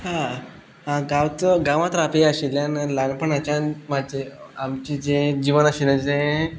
गांवचो गांवांत रावपी आशिल्ल्यान ल्हानपणाच्यान म्हाजें आमचें जें जिवन आशिल्लें जें